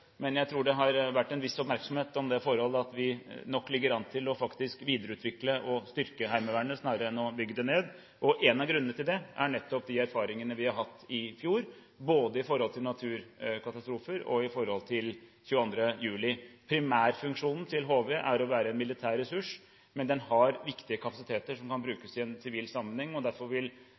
men jeg tror det har vært en viss oppmerksomhet om det forhold at vi faktisk ligger an til å videreutvikle og styrke Heimevernet snarere enn å bygge det ned. Én av grunnene til det er nettopp de erfaringene vi hadde i fjor, både med tanke på naturkatastrofer og med tanke på 22. juli. Primærfunksjonen til HV er å være en militær ressurs, men den har viktige kapasiteter som kan brukes i en sivil sammenheng. Derfor